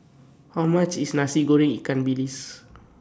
How much IS Nasi Goreng Ikan Bilis